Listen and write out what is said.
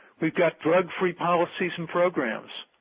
we've got drug-free policies and programs.